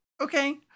okay